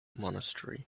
monastery